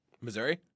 Missouri